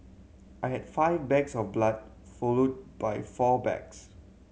I had five bags of blood followed by four bags